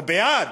או בעד.